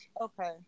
okay